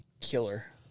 Killer